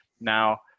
now